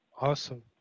awesome